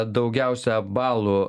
daugiausia balų